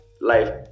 life